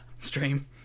stream